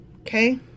Okay